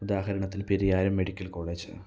ഉദാഹരണത്തിന് Periyaram medical college